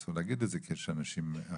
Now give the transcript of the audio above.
אסור להגיד את זה, כי יש אנשים אחרים,